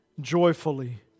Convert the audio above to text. joyfully